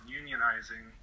unionizing